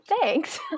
Thanks